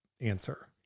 answer